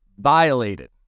violated